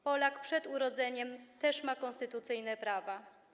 Polak przed urodzeniem też ma konstytucyjne prawa.